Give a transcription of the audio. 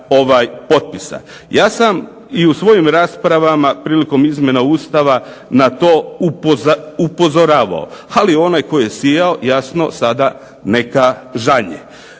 Ja sam u svojim raspravama prilikom izmjena ustava na to upozoravao, ali onaj koji je sijao jasno sada neka žanje.